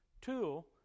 tool